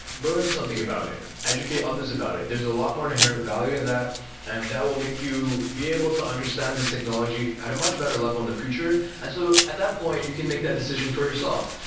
learn something about it. educate others about it there's a lot more inherent value in that and that will make you be able to understand this technology at a much better level in the future. and so at that point, you can make that decision for yourself.